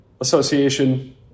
Association